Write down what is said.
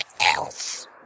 else